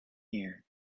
year